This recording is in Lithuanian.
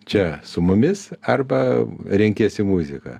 čia su mumis arba renkiesi muziką